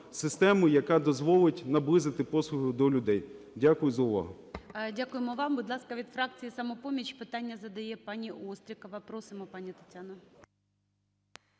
яка дозволить наблизити послугу до людей. Дякую за увагу.